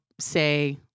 say